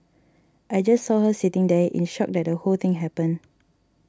I just saw her sitting there in shock that the whole thing happened